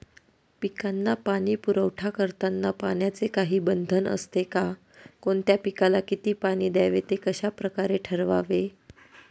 पिकांना पाणी पुरवठा करताना पाण्याचे काही बंधन असते का? कोणत्या पिकाला किती पाणी द्यावे ते कशाप्रकारे ठरवावे?